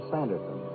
Sanderson